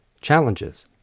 challenges